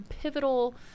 pivotal –